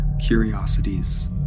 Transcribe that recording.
curiosities